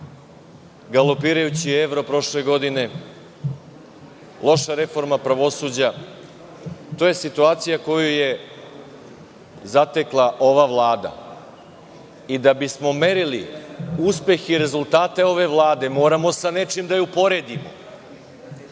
galopirajući evro prošle godine, loša reforma pravosuđa. To je situacija koju je zatekla ova Vlada i da bismo merili uspehe i rezultata ove Vlade moramo sa nečim da je uporedimo.